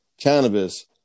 cannabis